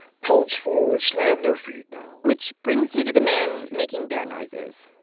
pounced forward, slammed their feet down. which brings me to the man making bear noises,